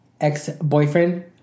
ex-boyfriend